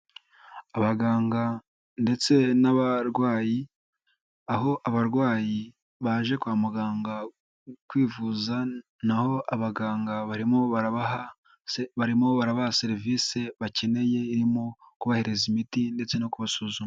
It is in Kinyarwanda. Abaganga ndetse n'abarwayi, aho abarwayi baje kwa muganga kwivuza, n'aho abaganga barimo barabaha serivisi bakeneye irimo kubahereza imiti ndetse no kubasuzuma.